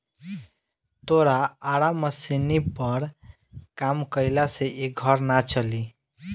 तोरा आरा मशीनी पर काम कईला से इ घर ना चली